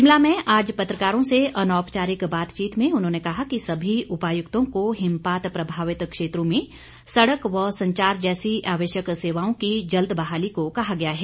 शिमला में आज पत्रकारों से अनौपचारिक बातचीत में उन्होंने कहा कि सभी उपायुक्तों को हिमपात प्रभावित क्षेत्रों में सड़क व संचार जैसी आवश्यक सेवाओं की जल्द बहाली को कहा गया है